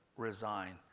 resign